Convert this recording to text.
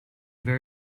where